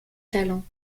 talents